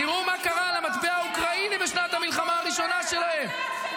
--- תראו מה קרה למטבע האוקראיני בשנת המלחמה הראשונה שלהם.